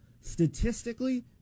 statistically